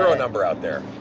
number out there.